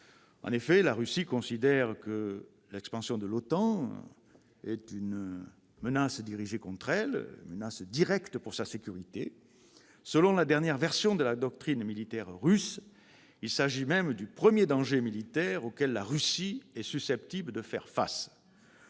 En effet, la Russie considère que l'expansion de l'OTAN constitue une menace directe pour sa sécurité. Selon la dernière version de la doctrine militaire russe, il s'agit même du premier danger militaire auquel la Russie est susceptible de faire face.